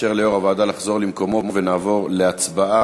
נאפשר ליושב-ראש הוועדה לחזור למקומו ונעבור להצבעה